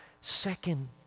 second